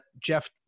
jeff